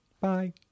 Bye